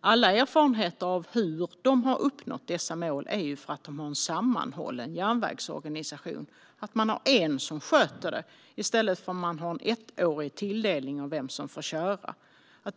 Alla erfarenheter av hur de har uppnått dessa mål är att de har en sammanhållen järnvägsorganisation, att de har en som sköter trafiken i stället för att ha en ettårig tilldelning till den som får köra.